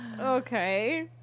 Okay